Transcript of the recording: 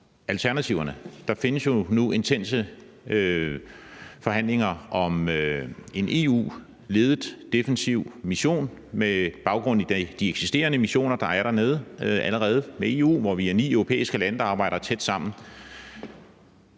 Der findes jo nu intense forhandlinger om en EU-ledet defensiv mission med baggrund i de eksisterende missioner, der allerede er dernede med EU, hvor vi er ni europæiske lande, der arbejder tæt sammen.